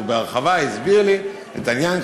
והוא בהרחבה הסביר לי את העניין,